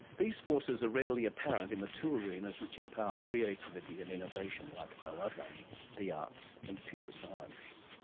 these forces are readily apparent in the two arenas which empower creativity and innovation like no other the arts and pure science.